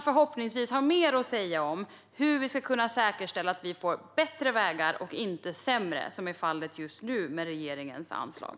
Förhoppningsvis har man då mer att säga om hur vi ska kunna säkerställa att vi får bättre vägar och inte sämre, som är fallet just nu med regeringens anslag.